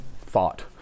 thought